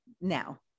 now